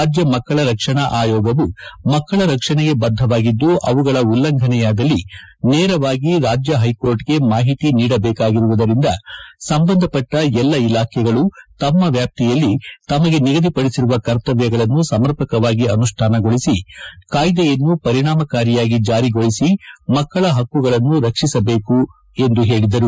ರಾಜ್ಯ ಮಕ್ಕಳ ರಕ್ಷಣಾ ಅಯೋಗವು ಮಕ್ಕಳ ರಕ್ಷಣೆಗೆ ಬದ್ಧವಾಗಿದ್ದು ಅವುಗಳ ಉಲ್ಲಂಘನೆಯಾದಲ್ಲಿ ನೇರವಾಗಿ ರಾಜ್ಯ ಹೈಕೋರ್ಟ್ಗೆ ಮಾಹಿತಿ ನೀಡಬೇಕಾಗಿರುವುದರಿಂದ ಸಂಬಂಧಪಟ್ಟ ಎಲ್ಲಾ ಇಲಾಖೆಗಳು ತಮ್ಮ ವ್ಯಾಪ್ತಿಯಲ್ಲಿ ತಮಗೆ ನಿಗದಿಪಡಿಸಿರುವ ಕರ್ತಮ್ಯಗಳನ್ನು ಸಮರ್ಪಕವಾಗಿ ಅನುಷ್ಠಾನಗೊಳಿಸಿ ಕಾಯಿದೆಯನ್ನು ಪರಿಣಾಮಕಾರಿಯಾಗಿ ಜಾರಿಗೊಳಿಸಿ ಮಕ್ಕಳ ಪಕ್ಕುಗಳನ್ನು ರಕ್ಷಿಸಬೇಕು ಎಂದು ಪೇಳದರು